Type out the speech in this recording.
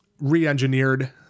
re-engineered